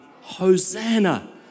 Hosanna